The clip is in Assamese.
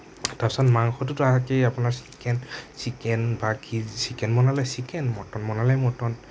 তাৰপিছত মাংসটোতো একেই আপোনাৰ ছিকেন ছিকেন বা যি ছিকেন বনালে ছিকেন মটন বনালে মটন